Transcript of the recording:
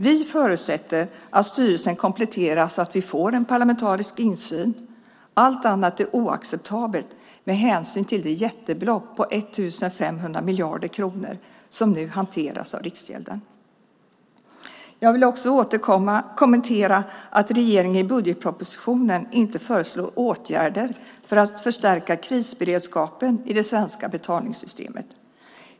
Vi förutsätter att styrelsen kompletteras så att vi får en parlamentarisk insyn. Allt annat är oacceptabelt med hänsyn till det jättebelopp på 1 500 miljarder kronor som nu hanteras av Riksgälden. Jag vill också kommentera att regeringen i budgetpropositionen inte föreslår åtgärder för att förstärka krisberedskapen i det svenska betalningssystemet.